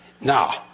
Now